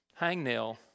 hangnail